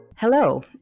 Hello